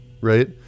right